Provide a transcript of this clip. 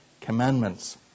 commandments